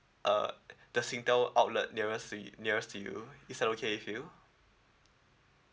err the singtel outlet nearest to you nearest to you is that okay with you